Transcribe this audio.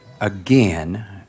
again